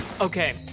Okay